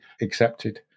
accepted